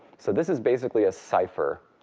so this is basically a cipher,